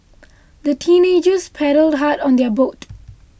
the teenagers paddled hard on their boat